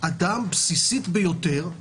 אדם בסיסית ביותר,